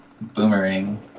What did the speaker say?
boomerang